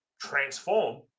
transform